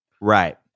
Right